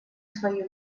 свою